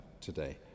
today